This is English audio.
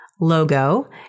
logo